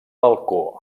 balcó